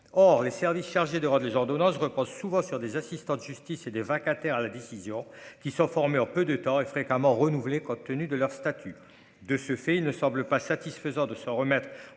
or les services chargés de les ordonnances repense souvent sur des assistants de justice et des vacataires, la décision qui sont formés en peu de temps, et fréquemment renouvelée, compte tenu de leur statut, de ce fait, il ne semble pas satisfaisant de se remettre